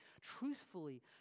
truthfully